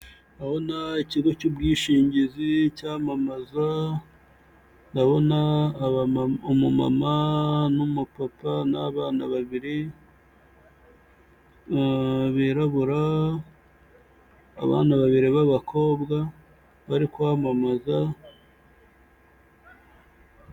Ndabona ikigo cy'ubwishingizi cyamamaza, ndabona umumama n'umupapa n'abana babiri birabura, abana babiri b'abakobwa bari kwamamaza.